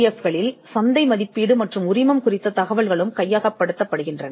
F களில் நீங்கள் அதைக் காண்பீர்கள் ஒரு சந்தை உள்ளது மதிப்பீடு மற்றும் உரிமம் ஆகியவை கைப்பற்றப்படுகின்றன